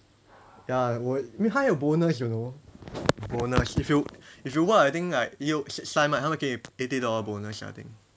ya 我因为它有 bonus you know bonus if you if you work I think like 六 six times right 他们给 eighty dollar bonus I think